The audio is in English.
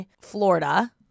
Florida